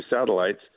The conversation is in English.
satellites